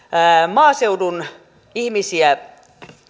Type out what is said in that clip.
maaseudun ihmisiä